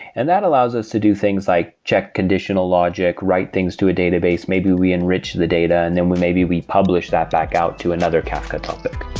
and that allows us to do things like check conditional logic, write things to a database, maybe we enrich the data and then we maybe we publish that back out to another kafka topic